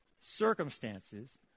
circumstances